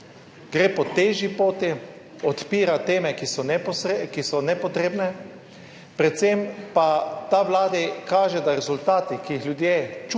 Gre po težji poti, odpira teme, ki so nepotrebne, predvsem pa ta Vladi kaže, da rezultati, ki jih ljudje čutijo